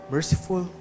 Merciful